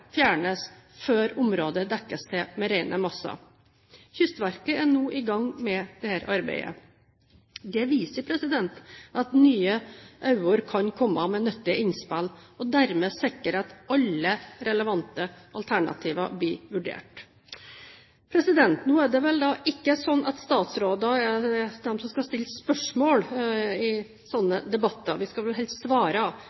fjernes før området dekkes til med rene masser. Kystverket er nå i gang med dette arbeidet. Dette viser at nye øyne kan komme med nyttige innspill og dermed sikre at alle relevante alternativer blir vurdert. Nå er det vel ikke slik at statsråder er de som skal stille spørsmål i